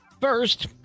First